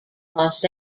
los